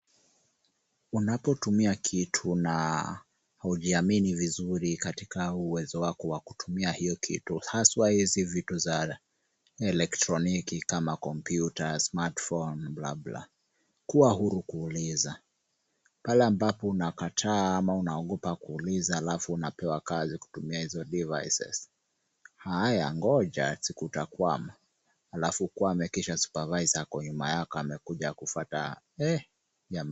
Unapotumia kitu na hujiamini vizuri katika uwezo wako wa kutumia hiyo kitu haswa hizi vitu za elektroniki kama kompyuta, smartphone , kuwa huru kuuliza. Pale ambapo unakataa ama unaogopa kuuliza halafu unapewa kazi kutumia hizo devices haya ngoja siku utakwama. Halafu ukwame kisha supervisor ako nyuma yako amekuja kufuata.